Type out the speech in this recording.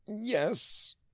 yes